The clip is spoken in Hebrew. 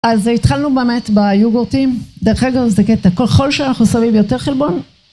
אז התחלנו באמת ביוגורטים דרך אגב זה קטע ככל שאנחנו שמים יותר חלבון